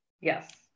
Yes